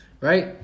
right